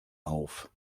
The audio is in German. auf